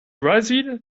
brazil